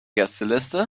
gästeliste